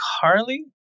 Carly